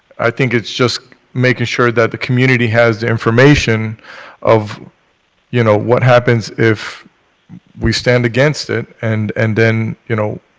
i think it's just making sure that the community has the information of you know, what happens if we stand against it and then, you know,